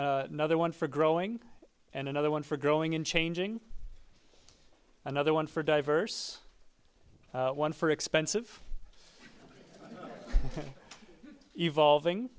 neither one for growing and another one for growing and changing another one for diverse one for expensive evolving